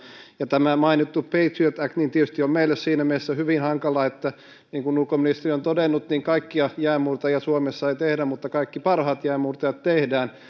tämä mainittu patriot act tietysti on meille siinä mielessä hyvin hankala että niin kuin ulkoministeri on todennut niin kaikkia jäänmurtajia suomessa ei tehdä mutta kaikki parhaat jäänmurtajat tehdään